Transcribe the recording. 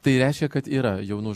tai reiškia kad yra jaunų